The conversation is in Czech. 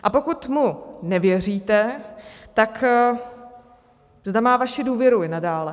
A pokud mu nevěříte, tak zda má vaši důvěru i nadále.